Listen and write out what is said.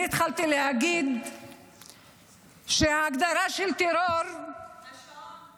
אני התחלתי להגיד שההגדרה של טרור --- יש שעון?